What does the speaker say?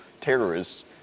terrorists